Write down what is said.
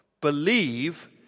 believe